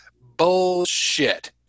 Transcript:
Bullshit